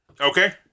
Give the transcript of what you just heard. Okay